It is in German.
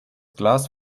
glas